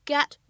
Get